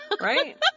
Right